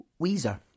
Weezer